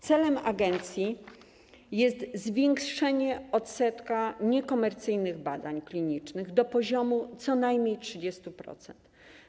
Celem agencji jest zwiększenie odsetka niekomercyjnych badań klinicznych do poziomu co najmniej 30%.